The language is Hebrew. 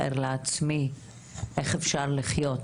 ואני אחר כך אתן לכם גם להתייחס,